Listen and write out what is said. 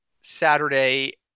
Saturday